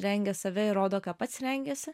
rengia save ir rodo ką pats rengiasi